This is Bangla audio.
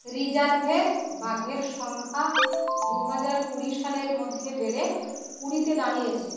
রিজার্ভের বাঘের সংখ্যা দু হাজার কুড়ি সালের মধ্যে বেড়ে কুড়িতে দাঁড়িয়েছে